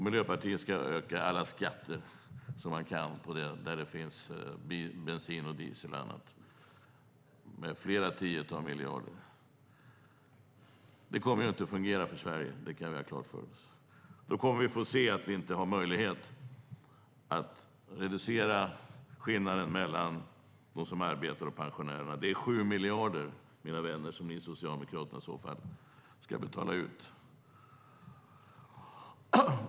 Miljöpartiet ska öka alla skatter som man kan på bensin, diesel och annat med flera tiotals miljarder. Det kommer inte att fungera för Sverige; det kan vi ha klart för oss. Då kommer vi att få se att vi inte har möjlighet att reducera skillnaden mellan dem som arbetar och pensionärerna. Det är 7 miljarder, mina vänner, som ni i Socialdemokraterna i så fall ska betala ut.